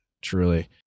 Truly